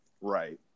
Right